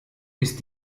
ist